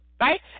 right